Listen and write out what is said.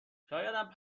شایدم